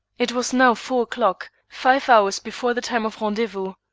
it was now four o'clock, five hours before the time of rendezvous.